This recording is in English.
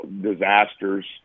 disasters